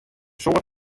soad